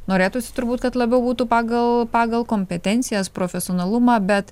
norėtųsi turbūt kad labiau būtų pagal pagal kompetencijas profesionalumą bet